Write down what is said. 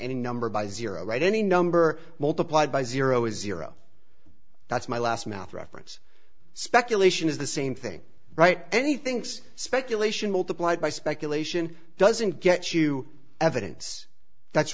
any number by zero right any number multiplied by zero zero is that's my last math reference speculation is the same thing right anything's speculation multiplied by speculation doesn't get you evidence that's